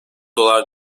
dolar